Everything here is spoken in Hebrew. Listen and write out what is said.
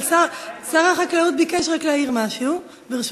אבל שר החקלאות ביקש רק להעיר משהו, ברשותך.